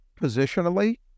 positionally